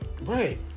Right